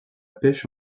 pêche